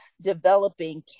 developing